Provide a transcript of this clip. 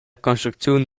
construcziun